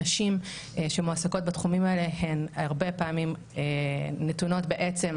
נשים שמועסקות בתחומים האלו הן הרבה פעמים נתונות בעצם,